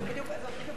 זאת בדיוק הנקודה.